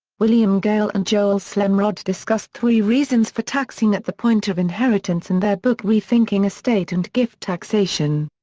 william gale and joel slemrod discuss three reasons for taxing at the point of inheritance in their book rethinking estate and gift taxation.